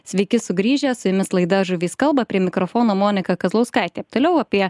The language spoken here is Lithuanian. sveiki sugrįžę su jumis laida žuvys kalba prie mikrofono monika kazlauskaitė toliau apie